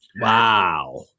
wow